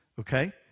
okay